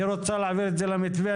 היא רוצה להעביר את זה למתווה,